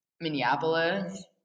Minneapolis